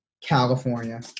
california